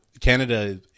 Canada –